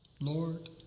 Lord